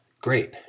great